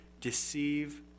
deceive